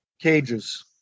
cages